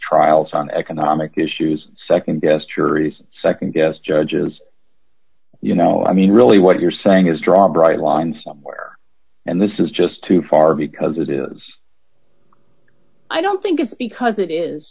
trials on economic issues nd best yuri's nd guess judges you know i mean really what you're saying is draw a bright line somewhere and this is just too far because it is i don't think it's because it is